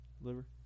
Liver